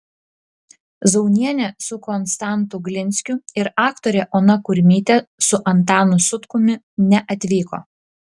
zaunienė su konstantu glinskiu ir aktorė ona kurmytė su antanu sutkumi neatvyko